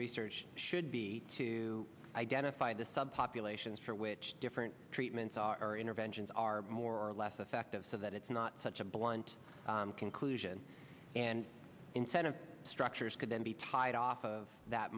research should be to identify the sub populations for which different treatments are interventions are more or less effective so that it's not such a blunt conclusion and incentive structures could then be tied off of that